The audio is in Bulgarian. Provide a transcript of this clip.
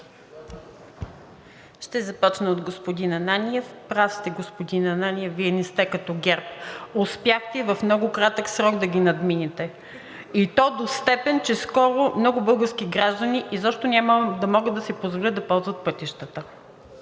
Ще започна от господин Ананиев. Прав сте, господин Ананиев, Вие не сте като ГЕРБ. Успяхте в много кратък срок да ги надминете, и то до степен, че скоро много български граждани изобщо няма да могат да си позволят да ползват пътищата.